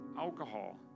alcohol